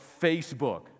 Facebook